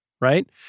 right